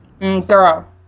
Girl